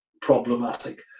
problematic